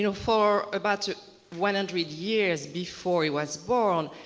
you know, for about one hundred years before he was born,